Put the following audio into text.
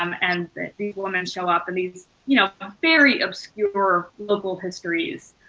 um and these women show up in these you know ah very obscure local histories